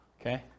Okay